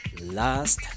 last